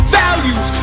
values